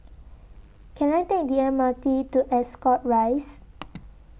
Can I Take The M R T to Ascot Rise